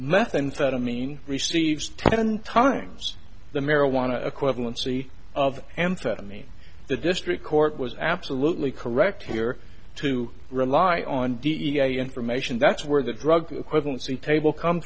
methamphetamine receives ten times the marijuana equivalency of amphetamine the district court was absolutely correct here to rely on d n a information that's where the drug